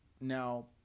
now